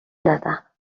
دادم